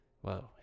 whoa